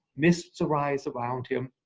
mists arise around him,